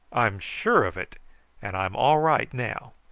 i'm sure of it and i'm all right now.